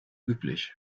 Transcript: üblich